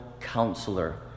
counselor